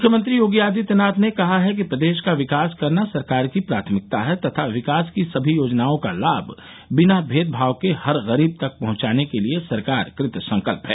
मुख्यमंत्री योगी आदित्यनाथ ने कहा है कि प्रदेश का विकास करना सरकार की प्राथमिकता है तथा विकास की सभी योजनाओं का लाभ बिना भेदभाव के हर गरीब तक पहुंचाने के लिए सरकार कृतसंकल्प है